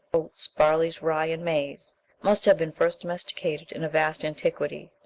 oats, barley, rye, and maize must have been first domesticated in a vast antiquity,